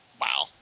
wow